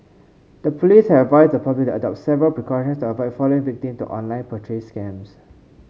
the police have advised the public to adopt several precautions to avoid falling victim to online purchase scams